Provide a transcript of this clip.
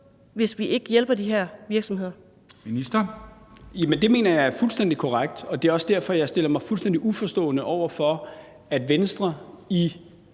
Beskæftigelsesministeren (Peter Hummelgaard): Det mener jeg er fuldstændig korrekt, og det er også derfor, jeg stiller mig fuldstændig uforstående over for, at Venstre i